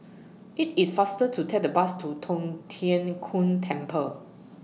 IT IS faster to Take The Bus to Tong Tien Kung Temple